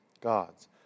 God's